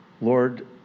Lord